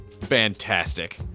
Fantastic